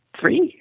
Three